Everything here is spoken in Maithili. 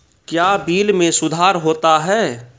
क्या बिल मे सुधार होता हैं?